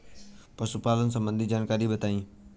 पशुपालन सबंधी जानकारी बताई?